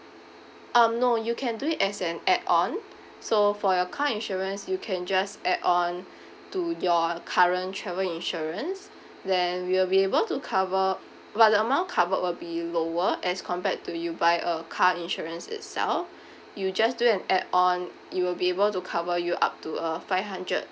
um no you can do it as an add on so for your car insurance you can just add on to your current travel insurance then we'll be able to cover but the amount covered will be lower as compared to you buy a car insurance itself you just do an add on you'll be able to cover you up to uh five hundred